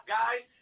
guys